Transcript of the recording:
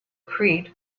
create